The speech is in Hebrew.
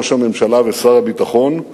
ראש הממשלה ושר הביטחון,